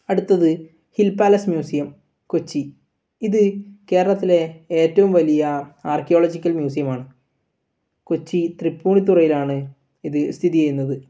അടുത്തത് Hill Palace Museum Kochi ഇത് കേരളത്തിലെ ഏറ്റവും വലിയ ആർക്കിയോളജിക്കൽ മ്യൂസിയമാണ് കൊച്ചി തൃപ്പൂണിത്തുറയിലാണ് ഇത് സ്ഥിതി ചെയ്യുന്നത്